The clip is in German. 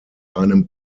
einem